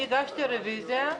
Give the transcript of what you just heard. הגשתי רוויזיה,